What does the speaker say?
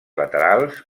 laterals